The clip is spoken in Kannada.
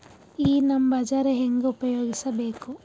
ಈ ನಮ್ ಬಜಾರ ಹೆಂಗ ಉಪಯೋಗಿಸಬೇಕು?